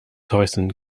tyson